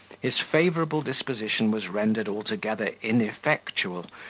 his favourable disposition was rendered altogether ineffectual,